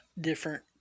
different